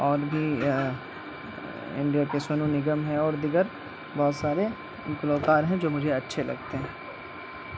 اور بھی انڈیا کے سونو نگم ہیں اور دیگر بہت سارے گلوکار ہیں جو مجھے اچھے لگتے ہیں